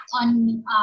on